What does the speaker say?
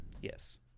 Yes